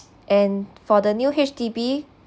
and for the new H_D_B